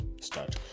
start